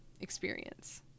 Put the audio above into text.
experience